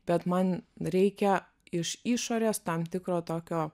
bet man reikia iš išorės tam tikro tokio